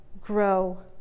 grow